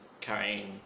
carrying